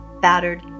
battered